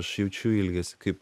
aš jaučiu ilgesį kaip